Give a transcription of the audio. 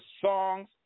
songs